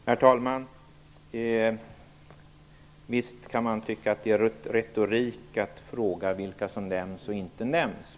Herr talman! Visst kan man tycka att det är retorik att fråga vilka som nämns och inte nämns.